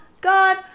God